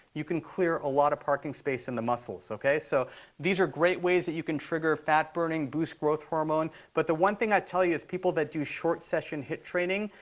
you can clear a lot of parking space in the muscles. so these are great ways that you can trigger fat burning, boost growth hormone. but the one thing i tell you is people that do short-session hit training,